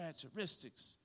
characteristics